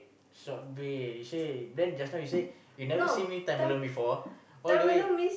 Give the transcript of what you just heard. subway he say then just now you say you never see me time alone before all the way